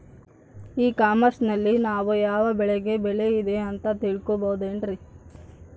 E commerce ನಲ್ಲಿ ನಾವು ಯಾವ ಬೆಳೆಗೆ ಬೆಲೆ ಇದೆ ಅಂತ ತಿಳ್ಕೋ ಬಹುದೇನ್ರಿ?